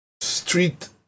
street